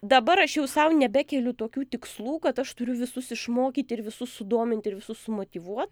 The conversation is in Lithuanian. dabar aš jau sau nebekeliu tokių tikslų kad aš turiu visus išmokyti ir visus sudomint ir visus sumotyvuot